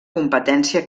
competència